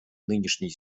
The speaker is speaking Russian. нынешней